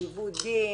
לעיוות דין.